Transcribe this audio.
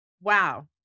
Wow